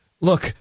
Look